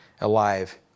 alive